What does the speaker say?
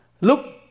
look